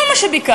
כל מה שביקשנו,